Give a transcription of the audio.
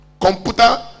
computer